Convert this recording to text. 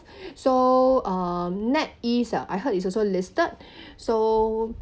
so uh netease ah I heard is also listed so